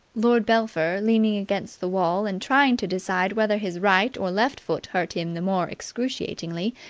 lord belpher, leaning against the wall and trying to decide whether his right or left foot hurt him the more excruciatingly,